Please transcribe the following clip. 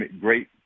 great